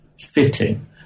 fitting